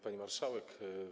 Pani Marszałek!